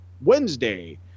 Wednesday